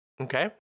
okay